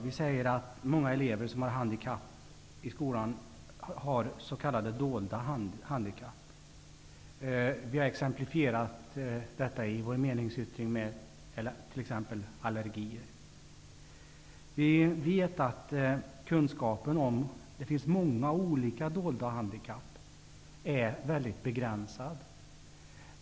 Vi säger att många elever i skolan har s.k. dolda handikapp. Vi har exemplifierat detta genom att tala om t.ex. allergier. Det finns ju många olika dolda handikapp, och kunskapen därom är väldigt begränsad.